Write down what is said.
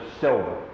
silver